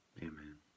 Amen